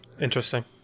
Interesting